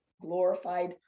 glorified